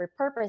repurpose